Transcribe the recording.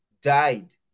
died